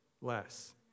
less